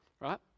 right